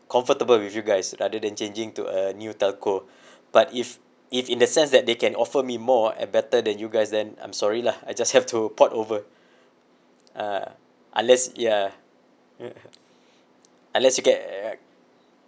comfortable with you guys rather than changing to a new telco but if if in the sense that they can offer me more and better than you guys and I'm sorry lah I just have to port over uh unless ya unless you get act~